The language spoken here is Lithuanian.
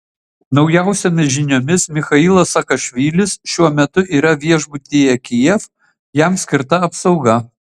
naujausiomis žiniomis michailas saakašvilis šiuo metu yra viešbutyje kijev jam skirta apsauga